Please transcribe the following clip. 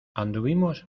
anduvimos